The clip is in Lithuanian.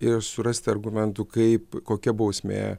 ir surasti argumentų kaip kokia bausmė